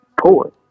poor